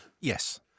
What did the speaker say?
Yes